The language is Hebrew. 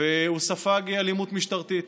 והוא ספג אלימות משטרתית,